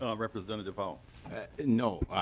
ah representative howe no.